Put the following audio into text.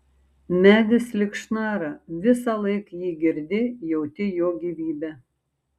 medis lyg šnara visąlaik jį girdi jauti jo gyvybę